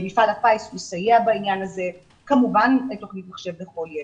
מפעל הפיס מסייע בעניין הזה וכמובן תוכנית מחשב לכל ילד.